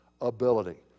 ability